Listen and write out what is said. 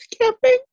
camping